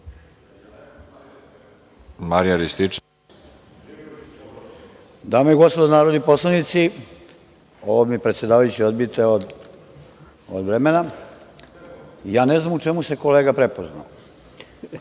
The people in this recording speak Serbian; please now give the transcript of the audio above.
**Marijan Rističević** Dame i gospodo narodni poslanici, ovo mi, predsedavajući, odbijte od vremena, ja ne znam u čemu se kolega prepoznao.